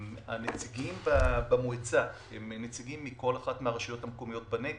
הנציגים במועצה הם נציגים מכל אחת מהרשויות המקומיות בנגב,